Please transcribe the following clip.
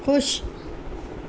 خوش